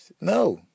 no